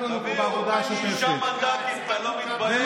נגד התערבות יתר של בג"ץ, אנחנו לא פנינו לבג"ץ.